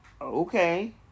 okay